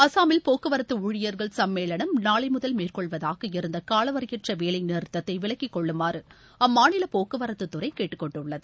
அளமில் போக்குவரத்து ஊழியர்கள் சம்மேளனம் நாளை முதல் மேற்கொள்வதாக இருந்த காலவரையறையற்ற வேலை நிறுத்தத்தை விலக்கிக் கொள்ளுமாறு அம்மாநில போக்குவரத்து துறை கேட்டுக்கொண்டுள்ளது